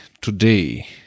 today